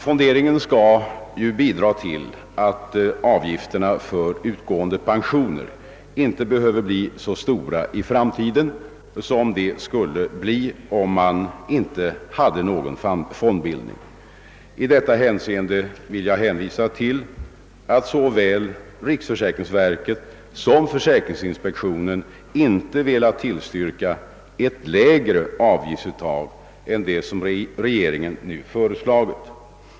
Fonderingen skall bidra till att avgifterna för utgående pensioner inte behöver bli så stora i framtiden som de skulle bli, om man inte hade någon fondbildning. I detta avseende vill jag hänvisa till att varken riksförsäkringsverket eller försäkringsinspektionen velat tillstyrka ett lägre avgiftsuttag än det som regeringen nu föreslagit.